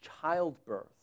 childbirth